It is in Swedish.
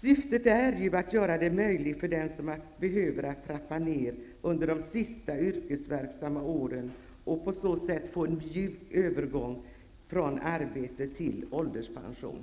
Syftet är ju att göra det möjligt för den som behöver att trappa ned under de sista yrkesverksamma åren och på så sätt få en mjuk övergång från arbete till ålderspension.